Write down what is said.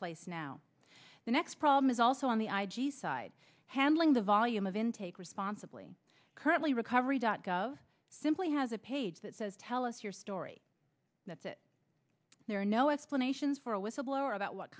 place now the next problem is also on the i g side handling the volume of intake responsibly currently recovery dot gov simply has a page that says tell us your story that's it there are no explanations for a whistleblower about what